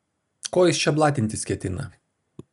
ko jis čia blatintis ketina